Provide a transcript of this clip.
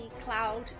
cloud